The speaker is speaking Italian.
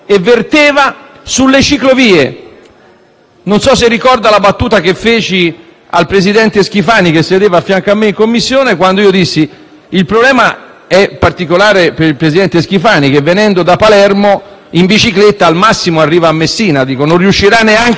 Non so se ricorda la battuta che feci al presidente Schifani, che sedeva affianco a me in Commissione in quella occasione. Dissi che il problema è particolare per il presidente Schifani perché, venendo da Palermo, in bicicletta arriva al massimo a Messina e non riuscirà neanche a passare